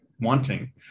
wanting